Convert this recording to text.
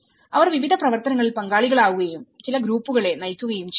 അവർ വിവിധ പ്രവർത്തനങ്ങളിൽ പങ്കാളികളാകുകയും ചില ഗ്രൂപ്പുകളെ നയിക്കുകയും ചെയ്യുന്നു